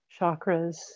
chakras